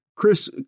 Chris